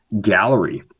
gallery